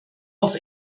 auf